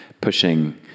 pushing